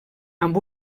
amb